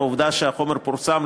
העובדה שהחומר פורסם,